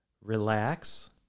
relax